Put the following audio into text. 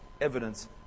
evidence